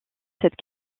cette